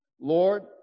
Lord